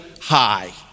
high